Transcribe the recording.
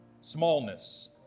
Smallness